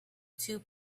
two